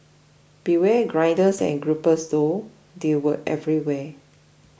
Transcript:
beware grinders and gropers though they were everywhere